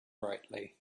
brightly